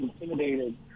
intimidated